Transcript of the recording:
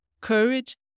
courage